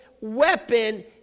weapon